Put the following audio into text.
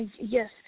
Yes